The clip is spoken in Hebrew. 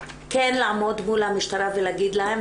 כן לעמוד מול המשטרה ולהגיד להם,